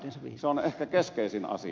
se on ehkä keskeisin asia